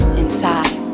inside